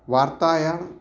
वार्तायाम्